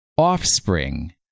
Offspring